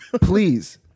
Please